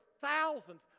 thousands